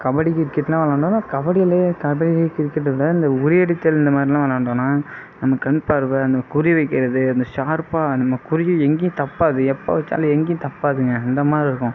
கபடி கிரிக்கெட்லாம் விளாண்டா கபடியில் கபடி கிரிக்கெட் இல்லை அந்த உறியடித்தல் இந்த மாதிரில்லா விளையாண்டோனா நமக்கு கண்பார்வை அந்த குறி வைக்கிறது அந்த ஷார்ப்பாக நம்ம குறியும் எங்கையும் தப்பாது எப்போ வைச்சாலும் எங்கையும் தப்பாதுங்க அந்த மாதிரி இருக்கும்